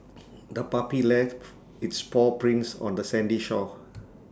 the puppy left its paw prints on the sandy shore